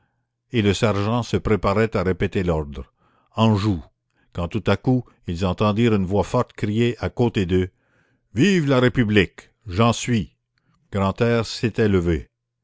et le sergent se préparait à répéter l'ordre en joue quand tout à coup ils entendirent une voix forte crier à côté d'eux vive la république j'en suis grantaire s'était levé